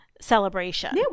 celebration